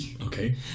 Okay